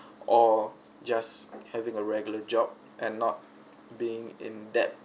or just having a regular job and not being in debt